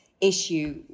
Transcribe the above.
issue